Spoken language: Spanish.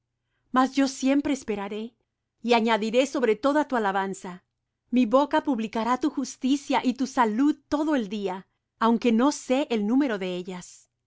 mas yo siempre esperaré y añadiré sobre toda tu alabanza mi boca publicará tu justicia y tu salud todo el día aunque no sé el número de ellas